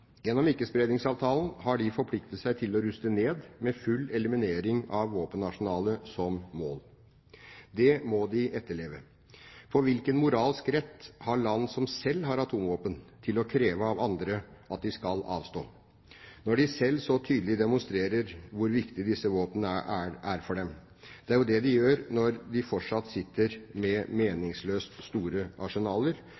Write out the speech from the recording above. Gjennom Ikke-spredningsavtalen har de forpliktet seg til å ruste ned, med full eliminering av våpenarsenalet som mål. Det må de etterleve, for med hvilken moralsk rett kan land som selv har atomvåpen, kreve av andre at de skal avstå, når de selv så tydelig demonstrerer hvor viktig disse våpnene er for dem? Det er jo det de gjør når de fortsatt sitter med